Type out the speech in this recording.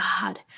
God